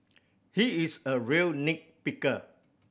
he is a real nit picker